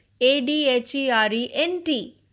A-D-H-E-R-E-N-T